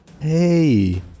Hey